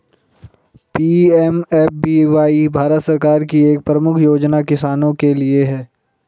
PMFBY Bharat सरकार की एक प्रमुख योजना किसानों के लिए है